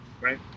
right